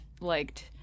liked